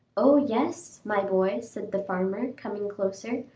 oh, yes! my boy, said the farmer, coming closer,